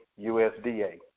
USDA